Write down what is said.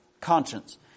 conscience